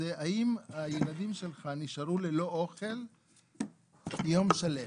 היא "האם הילדים שלך נשארו ללא אוכל יום שלם,